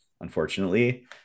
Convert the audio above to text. Unfortunately